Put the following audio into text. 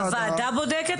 הוועדה בודקת?